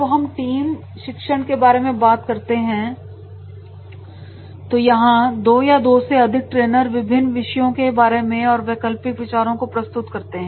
जब हम टीम शिक्षण के बारे में बात करते हैं तो यहां दो या दो से अधिक ट्रेनर विभिन्न विषयों के बारे में और वैकल्पिक विचारों को प्रस्तुत करते हैं